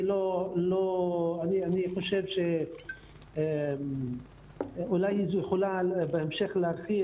אני חושב שאולי זו יכולה להתחיל,